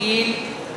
גיל,